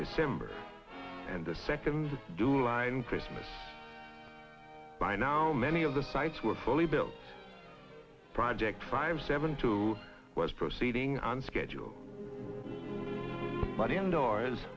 december and the second of july in christmas by now many of the sites were fully built project five seven two was proceeding on schedule but indoors